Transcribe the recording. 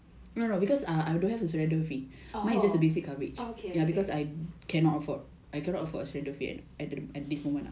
orh okay okay